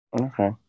Okay